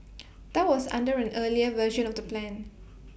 that was under an earlier version of the plan